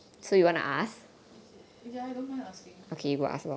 ya I don't mind asking